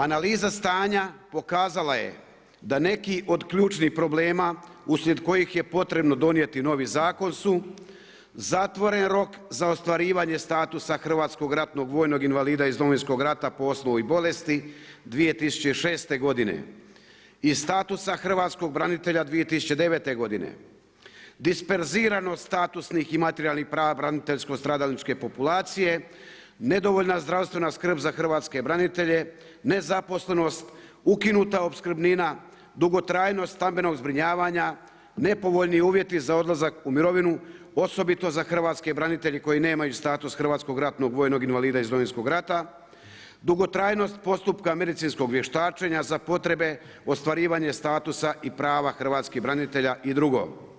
Analiza stanja pokazala je da neki od ključnih problema uslijed kojih je potrebno donijeti novi zakon su zatvoren rok za ostvarivanje statusa hrvatskog ratnog vojnog invalida iz Domovinskog rata … i bolesti 2006. godine i statusa hrvatska branitelja 2009. godine, disperziranost statusnih i materijalnih prava braniteljsko-stradalničke populacije, nedovoljna zdravstvena skrb za hrvatske branitelje, nezaposlenost, ukinuta opskrbnina, dugotrajnost stambenog zbrinjavanja, nepovoljni uvjeti za odlazak u mirovinu, osobito za hrvatske branitelje koji nemaju status hrvatskog ratnog vojnog invalida iz Domovinskog rata, dugotrajnost postupka medicinskog vještačenja za potrebe ostvarivanja statusa i prava hrvatskih branitelja i drugo.